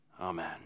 Amen